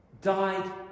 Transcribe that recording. died